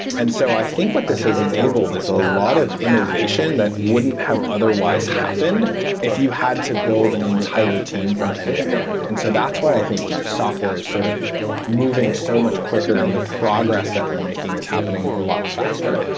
and so, i think what this has enabled is a lot of innovation that wouldn t have otherwise happened if you had to build an entire team from end-to-end. and so that's what i think you know software is sort of moving so much quicker and the progress that we're making is happening a lot faster.